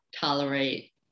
tolerate